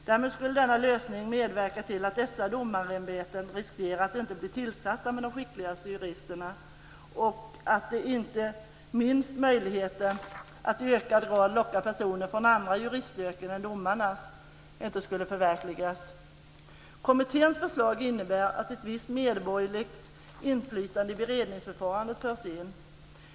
Därmed skulle denna lösning medverka till att dessa domarämbeten riskerar att inte bli tillsatta med de skickligaste juristerna, och inte minst till att möjligheten att i ökad grad locka personer från andra juristyrken än domarna inte skulle förverkligas. Kommitténs förslag innebär att ett visst medborgerligt inflytande i beredningsförfarandet förs in.